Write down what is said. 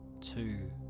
two